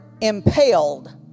impaled